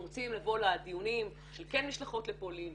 אתם רוצים לבוא לדיונים של כן משלחות לפולין,